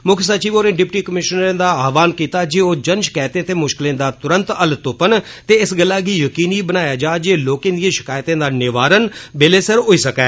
मुक्ख सचिव होरें डिप्टी कमीषनरें दा आह्वाण कीता जे ओ जन षकैतें ते मुष्कलें दा तुरंत हल्ल तुप्पन ते इस गल्ला गी जकीनी बनाया जा जे लोकें दिएं षकैतें दा निवारण बेल्लै सिर होई सकै